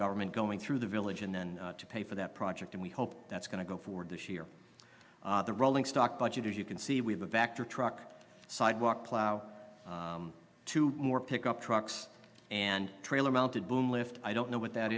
government going through the village and then to pay for that project and we hope that's going to go forward this year the rolling stock budget as you can see we have a back to truck sidewalk plow to more pickup trucks and trailers mounted boom lift i don't know what that